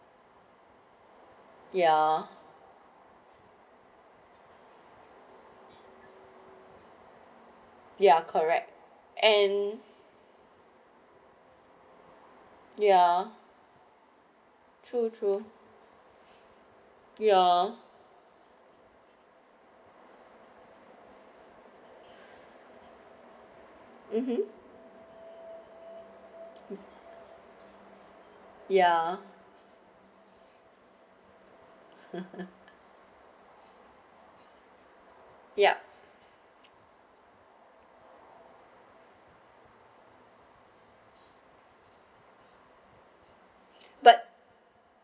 ya ya correct and ya true true ya mmhmm ya yup but